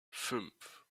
fünf